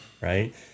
Right